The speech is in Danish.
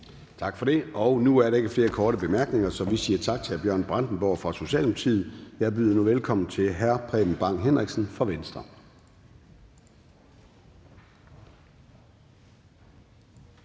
Tak for det. Der er ikke flere korte bemærkninger, så vi siger tak til hr. Bjørn Brandenborg fra Socialdemokratiet. Jeg byder nu velkommen til hr. Preben Bang Henriksen fra Venstre.